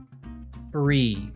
breathe